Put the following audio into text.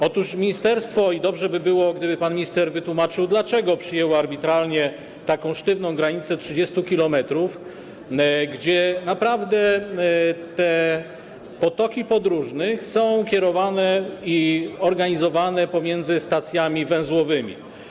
Otóż ministerstwo - i dobrze by było, gdyby pan minister wytłumaczył dlaczego - przyjęło arbitralnie sztywną granicę 30 km, gdzie naprawdę te potoki podróżnych są kierowane i organizowane pomiędzy stacjami węzłowymi.